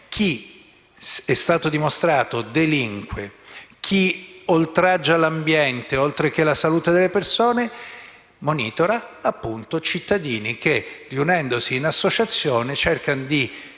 come è stato dimostrato, delinque, chi oltraggia l'ambiente oltre che la salute delle persone, monitora appunto cittadini che, riunendosi in associazioni, cercano di